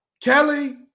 Kelly